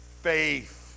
faith